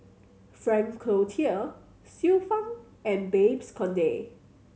Frank Cloutier Xiu Fang and Babes Conde